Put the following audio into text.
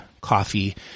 coffee